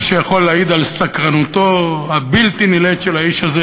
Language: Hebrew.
מה שיכול להעיד על סקרנותו הבלתי-נלאית של האיש הזה,